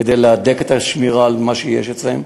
כדי להדק את השמירה על מה שיש אצלם.